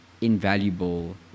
invaluable